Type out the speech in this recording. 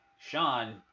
Sean